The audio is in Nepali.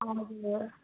हजुर